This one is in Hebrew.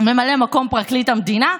ממלא מקום פרקליט המדינה.